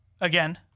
again